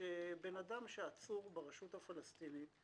אדם שעצור ברשות הפלסטינית,